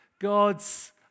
God's